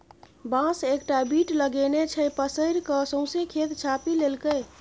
बांस एकटा बीट लगेने छै पसैर कए सौंसे खेत छापि लेलकै